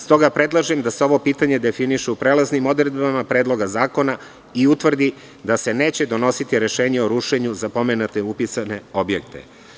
Stoga predlažem da se ovo pitanje definiše u prelaznim odredbama Predloga zakona i utvrdi da se neće donositi rešenje o rušenju za pomenute upisane objekte.